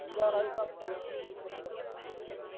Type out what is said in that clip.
जीरा राइस आप कैसे मतलब देते हैं